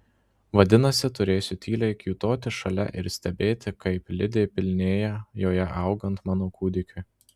vadinasi turėsiu tyliai kiūtoti šalia ir stebėti kaip lidė pilnėja joje augant mano kūdikiui